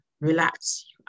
relax